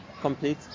complete